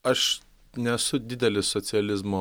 aš nesu didelis socializmo